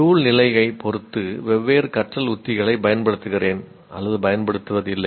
சூழ்நிலையைப் பொறுத்து வெவ்வேறு கற்றல் உத்திகளைப் பயன்படுத்துகிறேன் பயன்படுத்துவதில்லை